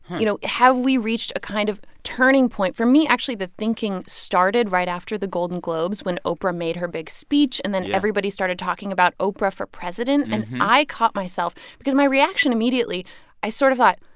you know, have we reached a kind of turning point? for me, actually the thinking started right after the golden globes when oprah made her big speech yeah and then everybody started talking about oprah for president. and i caught myself because my reaction immediately i sort of thought,